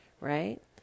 Right